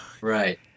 Right